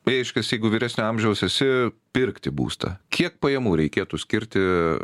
reiškias jeigu vyresnio amžiaus esi pirkti būstą kiek pajamų reikėtų skirti